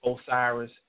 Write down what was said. Osiris